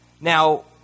Now